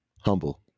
Humble